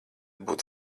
būt